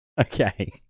okay